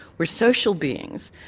we're social beings,